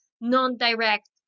non-direct